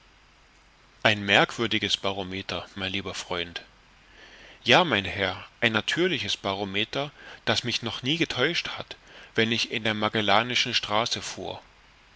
ein merkwürdiges barometer mein lieber freund ja mein herr ein natürliches barometer das mich noch nie getäuscht hat wenn ich in der magelhaenischen straße fuhr